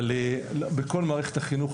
בכל מערכת החינוך,